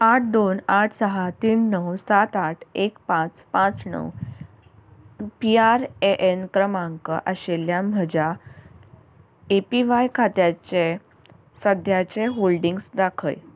आठ दोन आठ सहा तीन णव सात आठ एक पांच पांच णव पी आर ए एन क्रमांक आशिल्ल्या म्हज्या ए पी व्हाय खात्याचे सद्याचे होल्डिंग्स दाखय